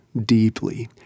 deeply